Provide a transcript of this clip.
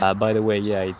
ah by the way, yeah,